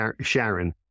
Sharon